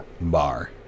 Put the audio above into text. bar